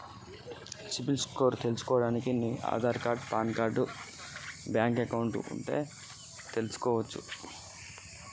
ఒక్కసారి నా సిబిల్ స్కోర్ ఎంత చెప్పు?